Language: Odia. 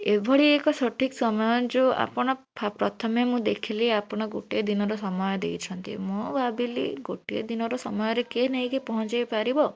ଏଭଳି ଏକ ସଠିକ୍ ସମୟ ଯେଉଁ ଆପଣ ପ୍ରଥମେ ମୁଁ ଦେଖିଲି ଆପଣ ଗୋଟେ ଦିନର ସମୟ ଦେଇଛନ୍ତି ମୁଁ ଭାବିଲି ଗୋଟିଏ ଦିନର ସମୟରେ କିଏ ନେଇକି ପହଞ୍ଚାଇ ପାରିବ